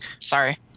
Sorry